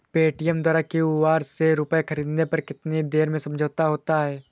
Paytm द्वारा QR से रूपए ख़रीदने पर कितनी देर में समझौता होता है?